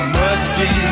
mercy